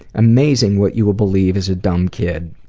amazing what you'll believe as a dumb kid.